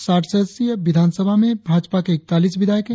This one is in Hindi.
साठ सदस्यीय विधानसभा में भाजपा के इकतालीस विधायक है